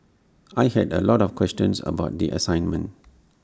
I had A lot of questions about the assignment